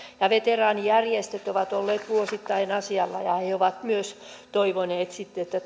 veteraanijärjestöt ovat olleet vuosittain asialla ja he ovat myös toivoneet että